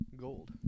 gold